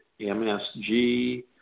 MSG